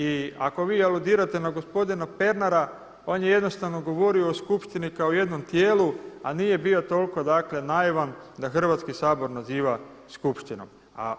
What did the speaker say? I ako vi aludirate na gospodina Pernara, on je jednostavno govorio o skupštini kao jednom tijelu a nije bio toliko naivan da Hrvatski sabor naziva skupštinom.